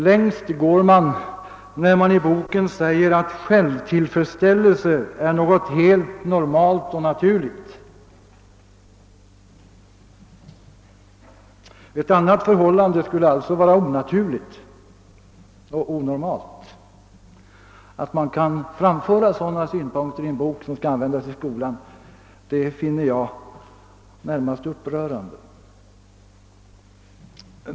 Längst går man när man i boken säger att självtillfredsställelse är något helt normalt och naturligt. Ett annat förhållande skulle alltså vara onaturligt och onormalt! Att man kan framföra sådana synpunkter i en bok som skall användas i skolan finner jag närmast upprörande.